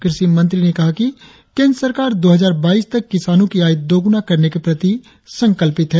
कृषि मंत्री ने कहा कि केंद्र सरकार दो हजार बाईस तक किसानों की आय दोगुना करने के प्रति संकल्पित है